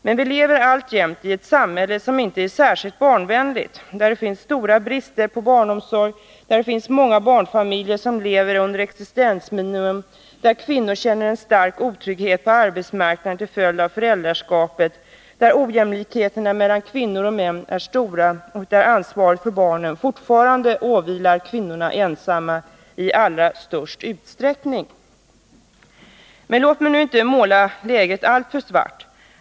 Men vi lever alltjämt i ett samhälle som inte är särskilt barnvänligt, där det finns stora brister inom barnomsorgen, där många barnfamiljer lever under existensminimum, där kvinnor känner en stark otrygghet på arbetsmarknaden till följd av föräldraskapet, där ojämlikheterna mellan kvinnor och män är stora och där ansvaret för barnen fortfarande åvilar kvinnorna ensamma i allra största utsträckning. Men låt mig nu inte måla läget alltför svart.